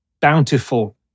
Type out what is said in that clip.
bountiful